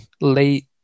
late